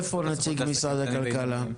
איפה נציג משרד הכלכלה?